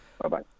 Bye-bye